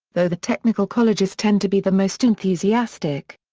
though the technical colleges tend to be the most enthusiastic.